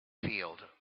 field